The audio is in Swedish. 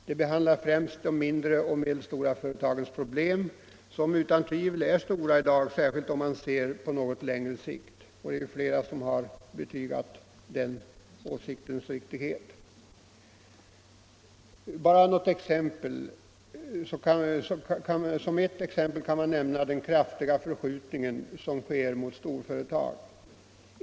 De behandlar främst de mindre och medelstora företagens problem, som utan tvivel är stora i dag, men särskilt på längre sikt. Flera talare har betygat den åsiktens Näringspolitiken Mindre och medelstora företag Näringspolitiken Mindre och medelstora företag riktighet. Som ett exempel kan jag nämna den kraftiga förskjutning som sker mot storföretag.